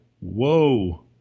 Whoa